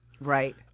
Right